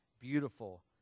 Beautiful